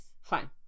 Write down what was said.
fine